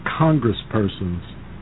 congresspersons